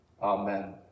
Amen